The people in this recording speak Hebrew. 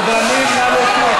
סדרנים, להוציא אותה